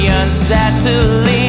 unsettling